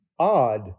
odd